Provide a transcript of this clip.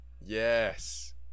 yes